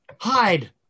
Hide